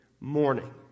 morning